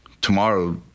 tomorrow